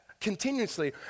continuously